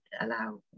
allow